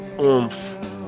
oomph